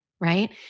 right